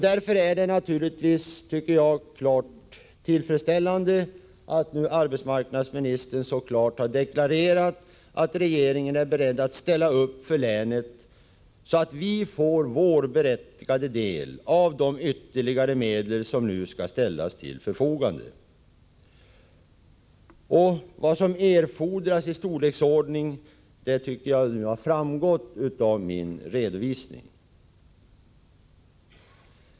Därför är det givetvis mycket tillfredsställande att arbetsmarknadsministern här så klart har deklarerat att regeringen är beredd att stödja länet, så att Gävleborg får sin berättigade del av de ytterligare medel som nu skall ställas till förfogande. Vad som erfordras tycker jag har framgått av min redovisning.